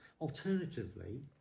alternatively